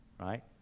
Right